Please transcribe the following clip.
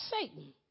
Satan